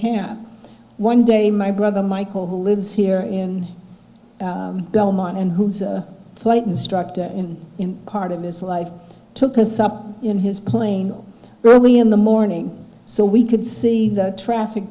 hear one day my brother michael who lives here in belmont and who's a flight instructor in part of this life took us up in his plane early in the morning so we could see the traffic